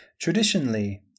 Traditionally